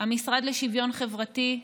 המשרד לשוויון חברתי,